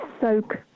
soak